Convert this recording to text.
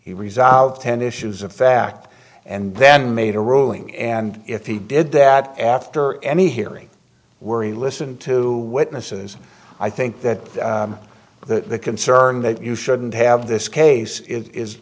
he resolved ten issues of fact and then made a ruling and if he did that after any hearing were he listened to witnesses i think that the concern that you shouldn't have this case is